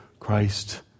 Christ